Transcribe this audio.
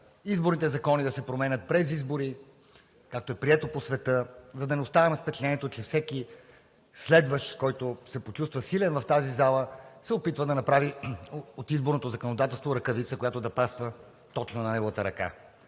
изборните закони да се променят през избори, както е прието по света, за да не оставаме с впечатлението, че всеки следващ, който се почувства силен в тази зала, се опитва да направи от изборното законодателство ръкавица, която да пасва точно на неговата ръка.